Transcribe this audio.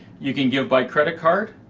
you can give by credit card.